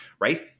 right